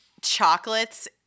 chocolates